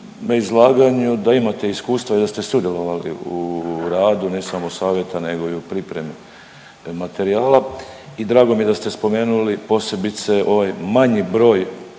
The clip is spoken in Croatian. da imate iskustva i da ste sudjelovali u radu ne samo savjeta, nego i u pripremi materijala i drago mi je da ste spomenuli posebice ovaj manji broj